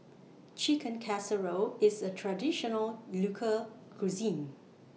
Chicken Casserole IS A Traditional Local Cuisine